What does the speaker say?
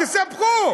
תספחו.